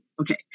Okay